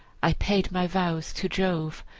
i paid my vows to jove,